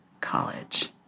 College